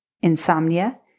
insomnia